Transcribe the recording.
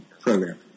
program